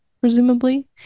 presumably